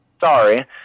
sorry